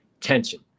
tension